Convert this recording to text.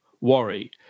worry